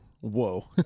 Whoa